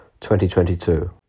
2022